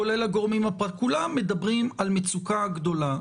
כולל גורמים --- כולם מדברים על מצוקה גדולה.